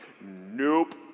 nope